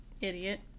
Idiot